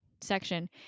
section